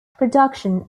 production